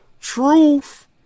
Truth